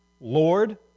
Lord